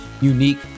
unique